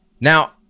Now